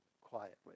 quietly